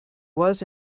was